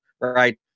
right